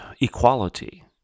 equality